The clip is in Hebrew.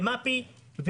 למפ"י,